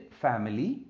family